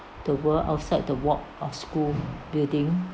the world outside the wall of school building